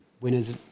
Winners